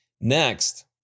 Next